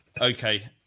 Okay